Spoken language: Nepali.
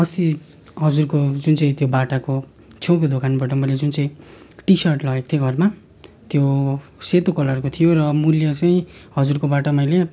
अस्ति हजुरको जुन चाहिँ त्यो बाटाको छेउको दोकानबाट मैलोे जुन चाहिँ टिसर्ट लगेको थिएँ घरमा त्यो सेतो कलरको थियो र मूल्य चाहिँ हजुरकोबाट मैले